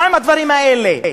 מה עם הדברים האלה?